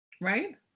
Right